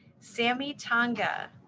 sammy tonga,